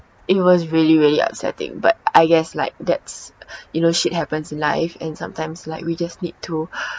it was really really upsetting but I guess like that's you know shit happens in life and sometimes like we just need to